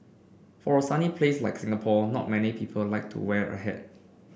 for a sunny place like Singapore not many people like to wear a hat